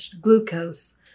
glucose